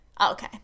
Okay